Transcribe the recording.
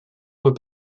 were